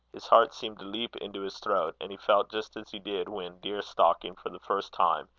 his heart seemed to leap into his throat, and he felt just as he did, when, deer-stalking for the first time,